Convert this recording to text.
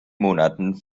monaten